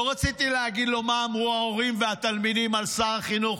לא רציתי להגיד לו מה אמרו ההורים והתלמידים על שר החינוך,